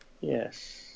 Yes